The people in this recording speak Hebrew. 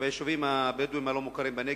ביישובים הבדואיים הלא-מוכרים בנגב?